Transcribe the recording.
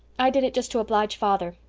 i did it just to oblige father.